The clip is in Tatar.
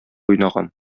уйнаган